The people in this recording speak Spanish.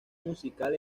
musical